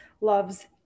Loves